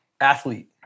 athlete